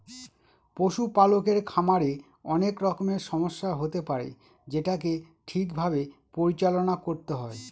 পশুপালকের খামারে অনেক রকমের সমস্যা হতে পারে যেটাকে ঠিক ভাবে পরিচালনা করতে হয়